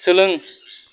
सोलों